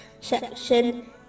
section